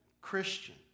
Christian